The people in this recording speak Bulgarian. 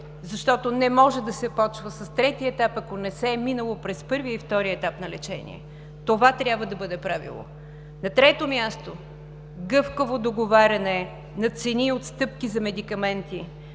защото не може да се започва с третия етап, ако не се е минало през първия и втория етап на лечение. Това трябва да бъде правило. На трето място, гъвкаво договаряне на цени и отстъпки за медикаменти,